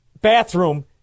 bathroom